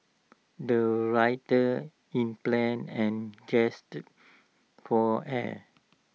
the writer in plan and just for air